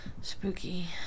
Spooky